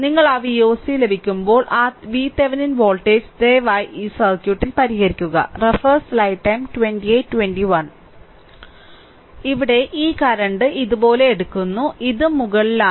നിങ്ങൾ ആ Voc ലഭിക്കുമ്പോൾ ആ VThevenin വോൾട്ടേജ് ദയവായി ഈ സർക്യൂട്ട് പരിഹരിക്കുക ഇവിടെ ഈ കറന്റ് ഇതുപോലെ എടുക്കുന്നു ഇതും മുകളിലാണ്